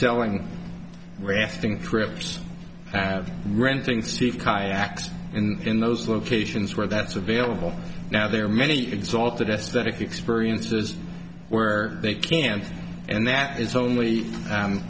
selling rasping trips have renting steve kayaks in those locations where that's available now there are many exalted aesthetic experiences where they can't and that is only